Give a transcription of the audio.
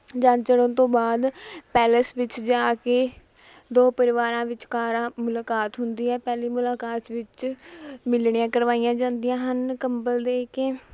ਜੰਝ ਚੜ੍ਹਨ ਤੋਂ ਬਾਅਦ ਪੈਲਸ ਵਿੱਚ ਜਾ ਕੇ ਦੋ ਪਰਿਵਾਰਾਂ ਵਿਚਕਾਰ ਮੁਲਾਕਾਤ ਹੁੰਦੀ ਹੈ ਪਹਿਲੀ ਮੁਲਾਕਾਤ ਵਿੱਚ ਮਿਲਣੀਆਂ ਕਰਵਾਈਆਂ ਜਾਂਦੀਆਂ ਹਨ ਕੰਬਲ ਦੇ ਕੇ